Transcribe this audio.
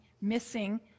missing